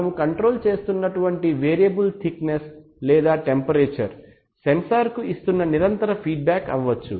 మనము కంట్రోల్ చేస్తున్నటువంటి variable thickness లేదా టెంపరేచర్ సెన్సార్ కు ఇస్తున్న నిరంతర ఫీడ్బ్యాక్ అవ్వచ్చు